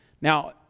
Now